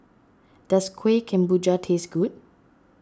does Kuih Kemboja taste good